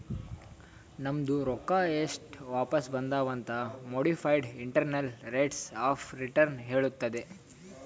ನಮ್ದು ರೊಕ್ಕಾ ಎಸ್ಟ್ ವಾಪಿಸ್ ಬಂದಾವ್ ಅಂತ್ modified internal rates of return ಹೇಳತ್ತುದ್